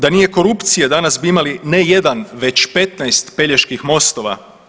Da nije korupcije danas bi imali ne 1 već 15 Peljeških mostova.